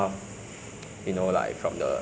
uh cook the dinner an~ and